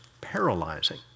paralyzing